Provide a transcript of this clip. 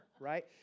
right